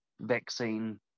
vaccine